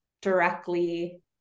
directly